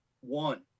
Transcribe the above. one